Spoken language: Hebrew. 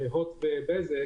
על הוט ובזק.